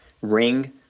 ring